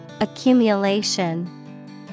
Accumulation